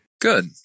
Good